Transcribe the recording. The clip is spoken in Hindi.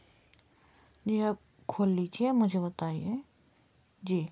जी आप खोल लीजिए मुझे बताइए जी